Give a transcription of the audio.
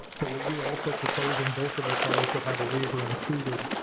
but what we're also proposing, both of us are, is to have a waiver included,